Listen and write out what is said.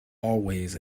always